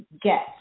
get